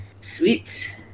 Sweet